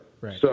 Right